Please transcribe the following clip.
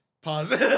Pause